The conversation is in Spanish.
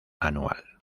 anual